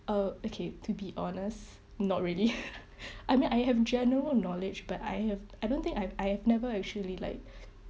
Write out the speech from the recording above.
uh okay to be honest not really I mean I have general knowledge but I have I don't think I have I have never actually like